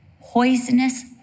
poisonous